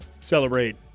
celebrate